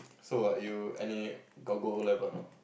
so are you any got go O-level or not